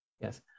Yes